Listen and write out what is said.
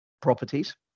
properties